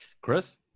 Chris